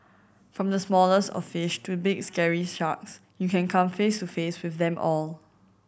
from the smallest of fish to big scary sharks you can come face to face with them all